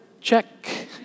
check